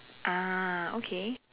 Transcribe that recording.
ah okay